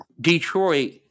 Detroit